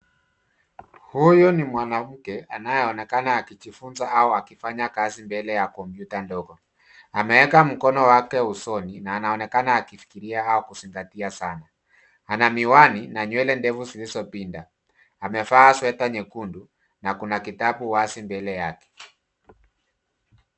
Huyu ni mwanamke anayeonekana akijifunza au akifanya kazi mbele ya kompyuta ndogo. Ameeka mkono wake usoni, na anaonekana akifikiria au kuzingatia sana. Ana miwani na nywele ndefu zilizopinda. Amevaa sweta nyekundu, na kuna kitabu wazi mbele yake.